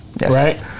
right